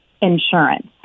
insurance